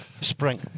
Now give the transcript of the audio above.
spring